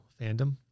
fandom